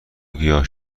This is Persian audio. گیاه